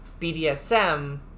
BDSM